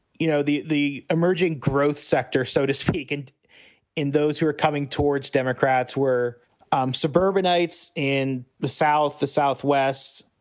you know, the the emerging growth sector, so-to-speak, and in those who are coming towards democrats were um suburbanites in the south, the southwest,